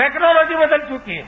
technology बदल चुकी है